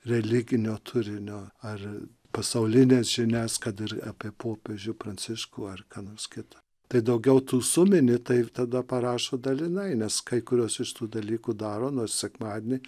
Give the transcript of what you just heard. religinio turinio ar pasaulines žinias kad ir apie popiežių pranciškų ar ką nors kitą tai daugiau tų sumini tai tada parašo dalinai nes kai kuriuos iš tų dalykų daro nors sekmadienį